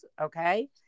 okay